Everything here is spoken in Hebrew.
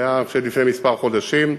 זה היה לפני חודשים מספר.